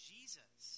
Jesus